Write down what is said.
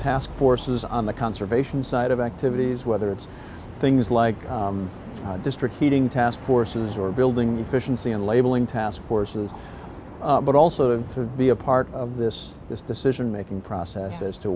task forces on the conservation side of activities whether it's things like district heating task forces were building efficiency and labeling task forces but also to be a part of this this decision making process as to